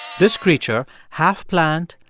this creature, half plant,